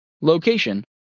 Location